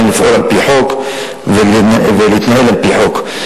לפעול על-פי חוק ולהתנהל על-פי חוק.